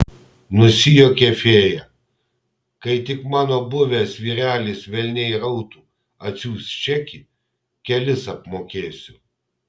nusijuokė fėja kai tik mano buvęs vyrelis velniai rautų atsiųs čekį kelis apmokėsiu